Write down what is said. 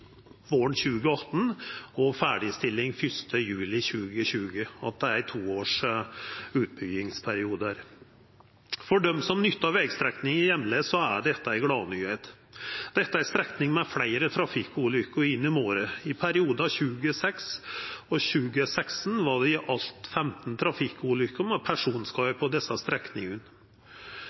juli 2020 – ein toårs utbyggingsperiode der. For dei som nyttar vegstrekningane jamleg, er dette ei gladnyheit. Dette er strekningar med fleire trafikkulykker i året. I perioden 2006–2016 var det i alt 15 trafikkulukker med personskade på desse strekningane.